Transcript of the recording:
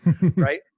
right